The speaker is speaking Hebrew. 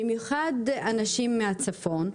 במיוחד אנשים מהצפון,